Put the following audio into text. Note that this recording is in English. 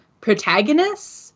protagonists